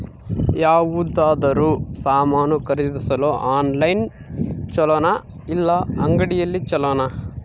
ಯಾವುದಾದರೂ ಸಾಮಾನು ಖರೇದಿಸಲು ಆನ್ಲೈನ್ ಛೊಲೊನಾ ಇಲ್ಲ ಅಂಗಡಿಯಲ್ಲಿ ಛೊಲೊನಾ?